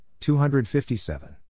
257